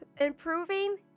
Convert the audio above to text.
improving